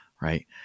right